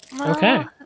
Okay